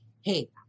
hey